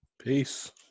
Peace